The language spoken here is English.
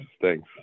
thanks